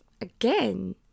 again